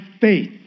faith